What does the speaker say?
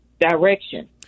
direction